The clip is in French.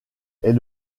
est